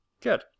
Good